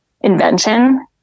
invention